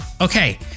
Okay